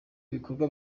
ibikorwa